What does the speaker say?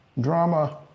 drama